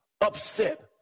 upset